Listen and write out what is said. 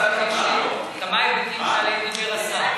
יש כמה היבטים שעליהם דיבר השר,